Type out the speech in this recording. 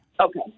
Okay